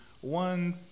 one